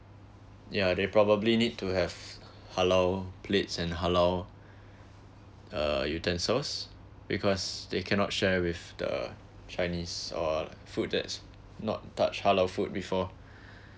yeah they probably need to have halal plates and halal uh utensils because they cannot share with the chinese or food that's not touch halal food before